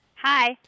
Hi